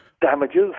damages